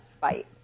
fight